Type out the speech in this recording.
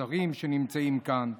השרים שנמצאים כאן,